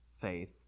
faith